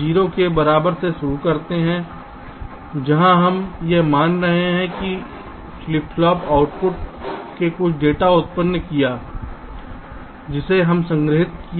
0 के बराबर से शुरू करते हैं जहां हम यह मान रहे हैं कि इस फ्लिप फ्लॉप आउटपुट ने कुछ डेटा उत्पन्न किया है जिसे यहां संग्रहीत किया जाना है